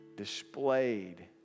displayed